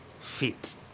fit